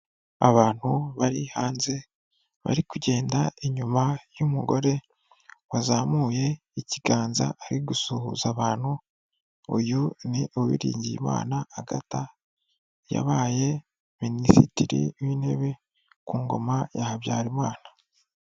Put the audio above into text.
Abantu bari hanze bari kugenda inyuma y'umugore wazamuye ikiganza ari gusuhuza abantu, uyu ni Uwiriningiyimana Agatha yabaye Minisitiri w'intebe ku ngoma ya Habyarimana.